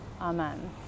Amen